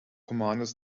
commanders